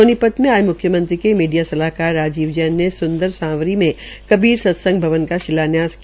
सोनीपत मे आज म्ख्यमंत्री ने मीडिया सलाहकार राजीवन जैन ने सूंदर सांवरी मे कबीर सत्संग भवन का शिलान्यास किया